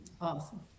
Awesome